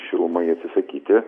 šilumai atsisakyti